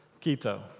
Quito